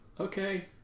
Okay